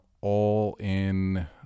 all-in